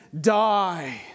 die